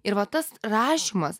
ir va tas rašymas